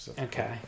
okay